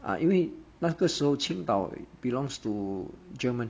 ah 因为那个时候青岛 belongs to german